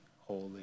holy